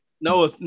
No